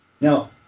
No